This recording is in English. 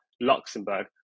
Luxembourg